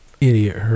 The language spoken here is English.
Idiot